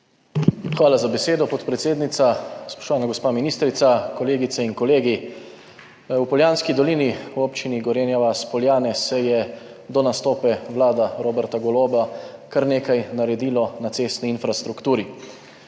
Hvala za besedo, podpredsednica. Spoštovana gospa ministrica, kolegice in kolegi! V Poljanski dolini v Občini Gorenja vas - Poljane se je do nastopa vlade Roberta Goloba kar nekaj naredilo na cestni infrastrukturi.